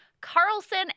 Carlson